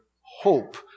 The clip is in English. hope